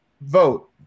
Vote